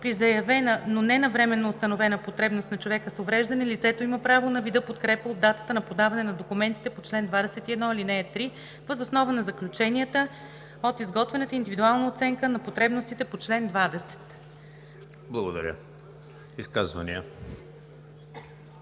при заявена, но не навременно установена потребност на човека с увреждане лицето има право на вида подкрепа от датата на подаване на документите по чл. 21, ал. 3, въз основа на заключенията от изготвената индивидуална оценка на потребностите по чл. 20.“ ПРЕДСЕДАТЕЛ